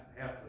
half